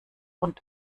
und